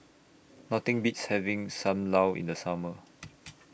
Nothing Beats having SAM Lau in The Summer